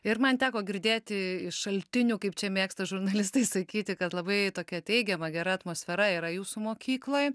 ir man teko girdėti iš šaltinių kaip čia mėgsta žurnalistai sakyti kad labai tokia teigiama gera atmosfera yra jūsų mokykloj